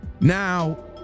Now